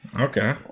okay